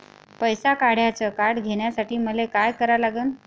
पैसा काढ्याचं कार्ड घेण्यासाठी मले काय करा लागन?